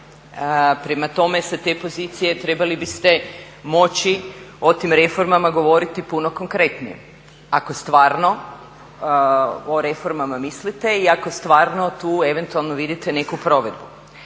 Prema tome sa te pozicije trebali biste moći o tim reformama govoriti puno konkretnije ako stvarno o reformama mislite i ako stvarno tu eventualno vidite neku provedbu.